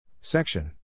Section